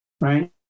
right